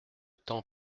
temps